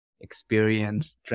experience